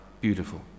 beautiful